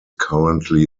currently